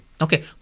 Okay